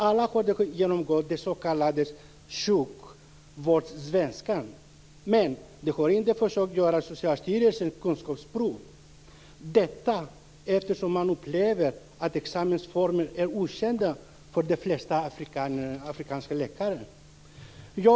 Alla har de genomgått kursen i den s.k. sjukvårdssvenskan. Men de har inte försökt att göra Socialstyrelsens kunskapsprov, eftersom man upplever att examensformen är okänd för de flesta afrikanska läkare.